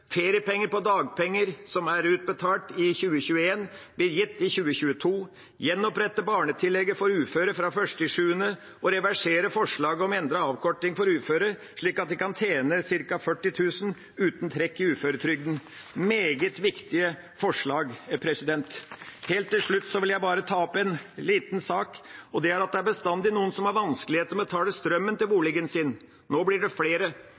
feriepenger på dagpenger som er utbetalt i 2021, blir gitt i 2022. En gjenoppretter barnetillegget for uføre fra 1. juli og reverserer forslaget om endret avkorting for uføre, slik at de kan tjene ca. 40 000 kr uten trekk i uføretrygden. Det er meget viktige forslag. Helt til slutt vil jeg bare ta opp en liten sak, og det er at det bestandig er noen som har vanskeligheter med å betale strømmen til boligen sin. Nå blir det flere.